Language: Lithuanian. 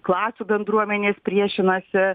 klasių bendruomenės priešinasi